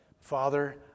Father